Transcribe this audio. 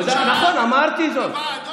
נכון, אמרתי זאת.